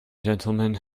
gentlemen